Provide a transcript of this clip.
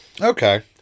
Okay